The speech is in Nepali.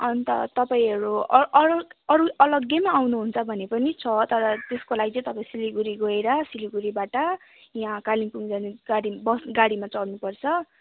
अन्त तपाईँहरू अर अरू अरू अलगै पनि आउनुहुन्छ भने पनि छ तर त्यसको लागि चाहिँ तपाईँ सिलगढी गएर सिलगढीबाट यहाँ कालिम्पोङ जाने गाडी बसगाडीमा चढ्नुपर्छ